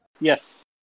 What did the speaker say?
Yes